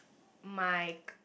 my